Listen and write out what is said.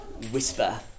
whisper